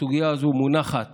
שהסוגיה הזאת מונחת